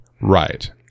Right